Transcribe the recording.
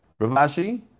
Ravashi